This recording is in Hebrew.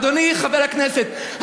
אדוני חבר הכנסת,